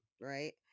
right